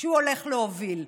שהוא הולך להוביל.